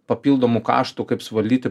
papildomų kaštų kaip suvaldyti